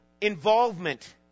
involvement